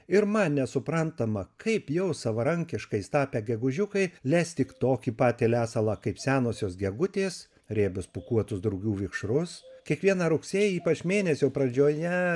ir man nesuprantama kaip jau savarankiškais tapę gegužiukai les tik tokį patį lesalą kaip senosios gegutės riebius pūkuotus drugių vikšrus kiekvieną rugsėjį ypač mėnesio pradžioje